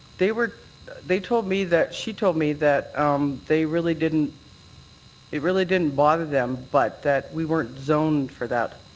they were they told me that she told me that um they really didn't it really didn't bother them, but that we weren't zoned for that.